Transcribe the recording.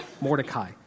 Mordecai